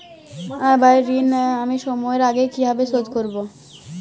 আমার বাড়ীর ঋণ আমি সময়ের আগেই কিভাবে শোধ করবো?